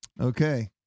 Okay